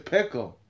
Pickle